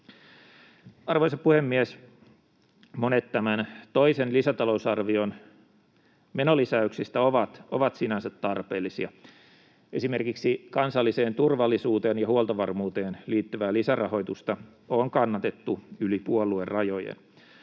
Arvoisa puhemies! Monet tämän toisen lisätalousarvion menolisäyksistä ovat sinänsä tarpeellisia. Esimerkiksi kansalliseen turvallisuuteen ja huoltovarmuuteen liittyvää lisärahoitusta on kannatettu yli puoluerajojen,